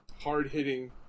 Hard-hitting